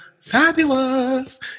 fabulous